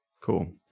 cool